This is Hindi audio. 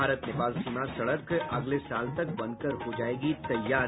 भारत नेपाल सीमा सड़क अगले साल तक बनकर हो जायेगी तैयार